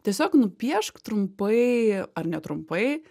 tiesiog nupiešk trumpai ar netrumpai